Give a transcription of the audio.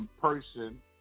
person